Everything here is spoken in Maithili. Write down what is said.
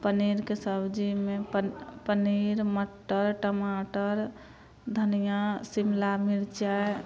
पनीरके सब्जीमे पन पनीर मटर टमाटर धनिआ शिमला मिरचाइ